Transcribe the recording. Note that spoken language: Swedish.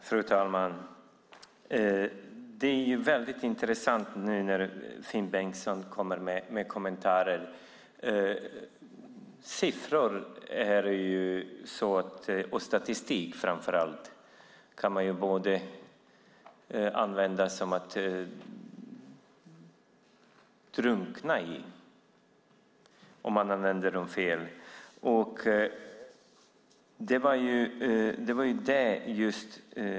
Fru talman! Det är väldigt intressant nu när Finn Bengtsson kommer med kommentarer. Siffror och framför allt statistik kan man drunkna i om man använder dem fel.